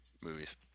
movies